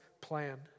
plan